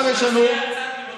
יודע לספור.